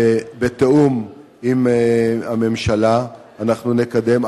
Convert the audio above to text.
שבתיאום עם הממשלה אנחנו נקדם,